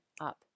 up